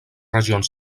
regions